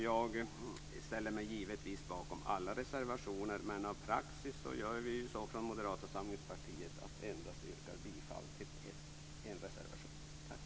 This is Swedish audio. Jag ställer mig givetvis bakom alla våra reservationer, men av praxis yrkar vi från Moderata samlingspartiet bifall endast till en reservation. Tack!